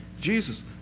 Jesus